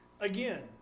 again